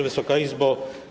Wysoka Izbo!